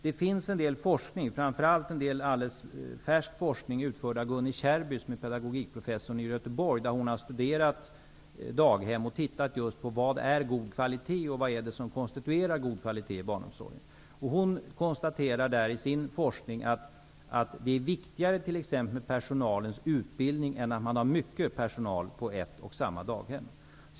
Det finns en alldeles färsk forskning -- utförd av Gunni Kärrby, pedagogikprofessor i Göteborg -- om daghem. Gunni Kärrby har sett på just vad som är god kvalitet och vad som konstituerar god kvalitet inom barnomsorgen. I sin forskning konstaterar hon att det är viktigare med t.ex. personalens utbildning än med stor personaltäthet på ett och samma daghem.